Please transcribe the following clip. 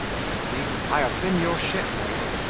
said he, i have been your shipmate,